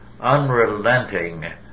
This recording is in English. unrelenting